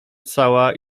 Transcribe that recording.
cała